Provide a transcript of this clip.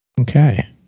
Okay